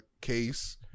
case